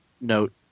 note